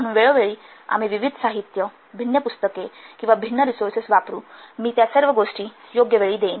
म्हणून वेळोवेळी आम्ही विविध साहित्य भिन्न पुस्तके किंवा भिन्न रिसोर्सेस वापरु मी त्या सर्व गोष्टी योग्यवेळी देईन